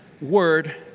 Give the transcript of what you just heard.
word